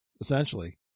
essentially